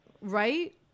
Right